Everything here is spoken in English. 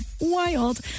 wild